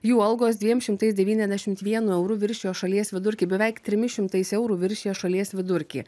jų algos dviem šimtais devyniasdešimt vienu euru viršijo šalies vidurkį beveik trimis šimtais eurų viršija šalies vidurkį